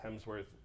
Hemsworth